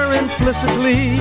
implicitly